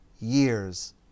years